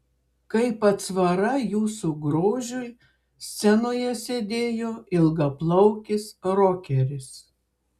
kaip atsvara jūsų grožiui scenoje sėdėjo ilgaplaukis rokeris